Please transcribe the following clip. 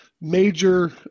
major